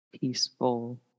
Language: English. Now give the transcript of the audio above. peaceful